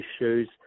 issues